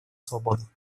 свободу